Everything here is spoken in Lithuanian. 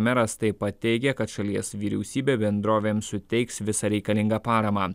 meras taip pat teigė kad šalies vyriausybė bendrovėms suteiks visą reikalingą paramą